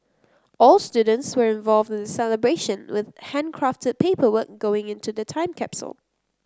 all students were involved in celebration with handcrafted paperwork going into the time capsule